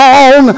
on